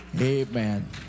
Amen